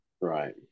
right